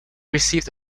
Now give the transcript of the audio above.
received